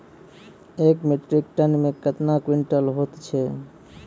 एक metric tonne मे कतवा क्वींटल हैत छै?